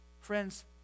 Friends